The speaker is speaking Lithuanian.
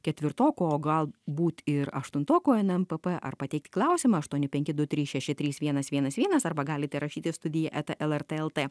ketvirtokų o galbūt ir aštuntokų nmpp ar pateikti klausimą aštuoni penki du trys šeši trys vienas vienas vienas arba galite rašyti studija eta lrt lt